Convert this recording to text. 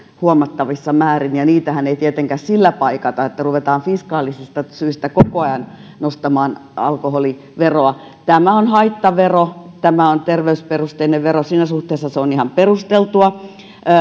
huomattavissa määrin ja niitähän ei tietenkään sillä paikata että ruvetaan fiskaalisista syistä koko ajan nostamaan alkoholiveroa tämä on haittavero tämä on terveysperusteinen vero siinä suhteessa on ihan perusteltua